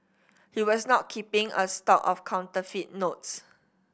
he was not keeping a stock of counterfeit notes